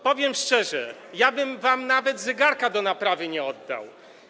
Powiem szczerze, ja bym wam nawet zegarka do naprawy nie oddał.